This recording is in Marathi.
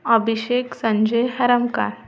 अभिषेक संजय हरामकाळ